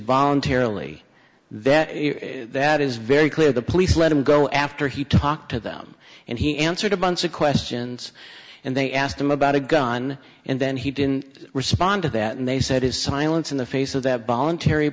voluntarily then that is very clear the police let him go after he talked to them and he answered a bunch of questions and they asked him about a gun and then he didn't respond to that and they said his silence in the face of th